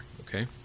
Okay